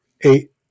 eight